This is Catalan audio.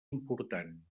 important